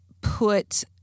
put